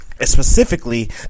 Specifically